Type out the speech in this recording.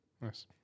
Nice